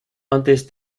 antes